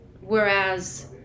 whereas